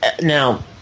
now